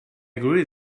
agree